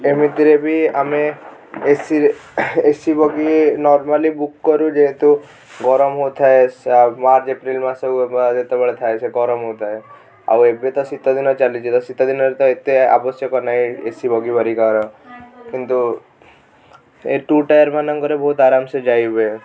ଏମିତିରେ ବି ଆମେ ଏସିରେ A C bogie normally book କରୁ ଯେହେତୁ ଗରମ ହେଉଥାଏ ମାର୍ଚ୍ଚ ଏପ୍ରିଲ୍ ମାସକୁ ଯେତେବେଳେ ଥାଏ ଗରମ ହେଉଥାଏ ଆଉ ଏବେ ତ ଶୀତଦିନ ଚାଲିଛି ତ ଶୀତ ଦିନରେ ତ ଏତେ ଆବଶ୍ୟକ ନାହିଁ ଏସି ବଗି ହେରିକାର କିନ୍ତୁ ଏ ଟୁ ଟାୟାର୍ ମାନଙ୍କରେ ବହୁତ ଆରାମ ସେ ଯାଇ ହୁଏ